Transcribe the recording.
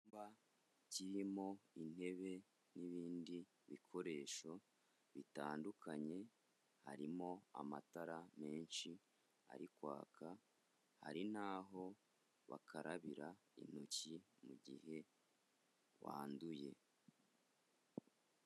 Icyumba kirimo intebe n'ibindi bikoresho bitandukanye harimo amatara menshi ari kwaka hari n'aho bakarabira intoki mu gihe wanduye.